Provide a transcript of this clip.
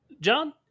John